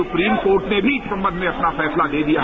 supreme court ने भी इस सम्बंध में अपना फैसला दे दिया है